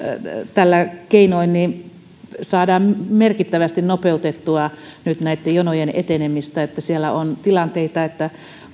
tällä keinoin saadaan merkittävästi nopeutettua nyt näitten jonojen etenemistä siellä on tilanteita että